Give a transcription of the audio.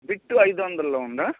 bit ఐదు వందల్లో ఉందా